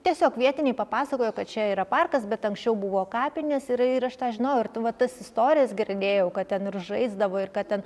tiesiog vietiniai papasakojo kad čia yra parkas bet anksčiau buvo kapinės ir ir aš tą žinojau ir tu va tas istorijas girdėjau kad ten ir žaisdavo ir kad ten